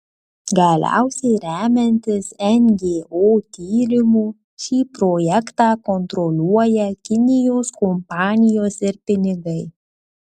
galiausiai remiantis ngo tyrimu šį projektą kontroliuoja kinijos kompanijos ir pinigai